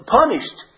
punished